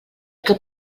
que